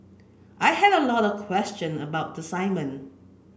I had a lot of question about the assignment